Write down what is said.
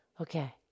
Okay